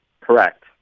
Correct